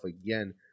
again